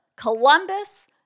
Columbus